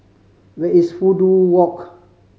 where is Fudu Walk